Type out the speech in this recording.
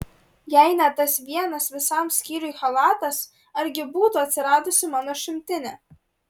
jei ne tas vienas visam skyriui chalatas argi būtų atsiradusi mano šimtinė